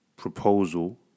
proposal